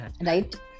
Right